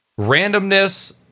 randomness